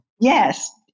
Yes